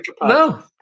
No